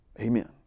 Amen